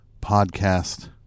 podcast